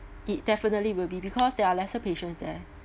it definitely will be because there are lesser patients there